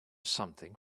something